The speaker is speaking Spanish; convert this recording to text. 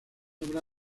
obra